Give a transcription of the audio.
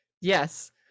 Yes